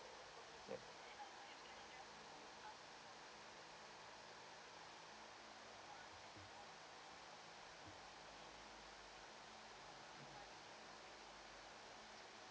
ya